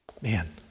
man